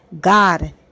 God